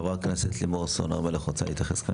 חבר הכנסת לימור סון הר מלך, רוצה להתייחס?